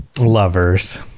Lovers